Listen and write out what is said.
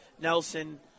Nelson